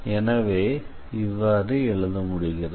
எனவே இவ்வாறு எழுத முடிகிறது